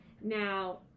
now